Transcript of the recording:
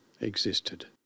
existed